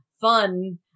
fun